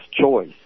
choice